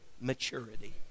maturity